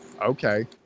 Okay